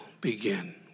begin